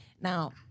now